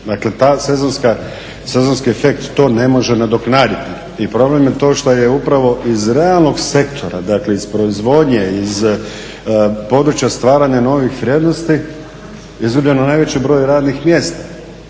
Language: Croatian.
sezonski efekt to ne može nadoknaditi i problem je to što je upravo iz realnog sektora, dakle iz proizvodnje, iz područja stvaranja novih vrijednosti izgubljeno najveći broj radnih mjesta.